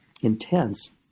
intense